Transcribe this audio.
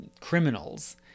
criminals